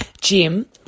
Jim